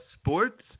Sports